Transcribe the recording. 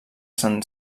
sant